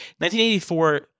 1984